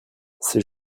ces